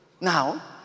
Now